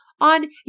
on